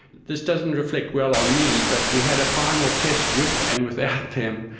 this doesn't reflect well on me, but we had a final test with and without them,